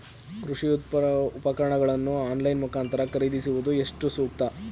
ಕೃಷಿ ಉಪಕರಣಗಳನ್ನು ಆನ್ಲೈನ್ ಮುಖಾಂತರ ಖರೀದಿಸುವುದು ಎಷ್ಟು ಸೂಕ್ತ?